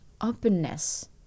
openness